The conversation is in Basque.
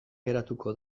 geratuko